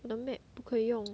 我的 map 不可以用